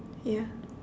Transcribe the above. ya